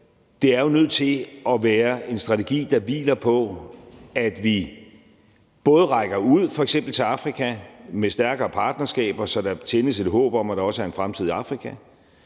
Det er jo nødt til at være en strategi, der hviler på, at vi både rækker ud til f.eks. Afrika med stærkere partnerskaber, så der tændes et håb om, at der også er en fremtid i Afrika,